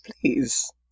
please